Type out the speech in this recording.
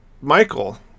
Michael